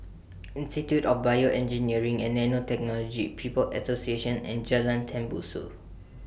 Institute of Bioengineering and Nanotechnology People's Association and Jalan Tembusu